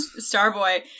Starboy